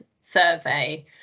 survey